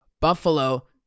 Buffalo